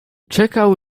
czekał